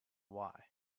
why